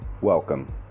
welcome